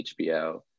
HBO